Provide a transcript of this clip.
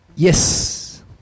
Yes